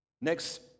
Next